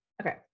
okay